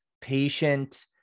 patient